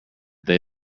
they